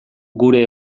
gure